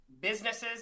businesses